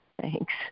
Thanks